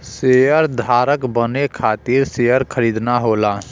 शेयरधारक बने खातिर शेयर खरीदना होला